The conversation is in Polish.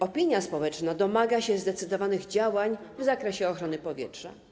Opinia społeczna domaga się zdecydowanych działań w zakresie ochrony powietrza.